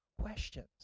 questions